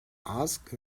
ask